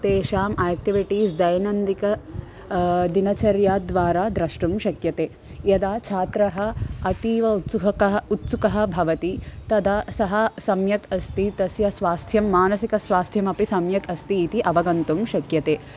तेषाम् आक्टिविटीस् दैनन्दिकं दिनचर्याद्वारा द्रष्टुं शक्यते यदा छात्रः अतीव उत्सुकः उत्सुकः भवति तदा सः सम्यक् अस्ति तस्य स्वास्थ्यं मानसिकस्वास्थ्यमपि सम्यक् अस्ति इति अवगन्तुं शक्यते